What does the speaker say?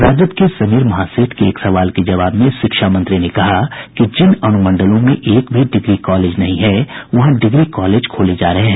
राजद के समीर महासेठ के एक सवाल के जवाब में शिक्षा मंत्री ने कहा कि जिन अनुमंडलों में एक भी डिग्री कॉलेज नहीं हैं वहां डिग्री कॉलेज खोले जा रहे हैं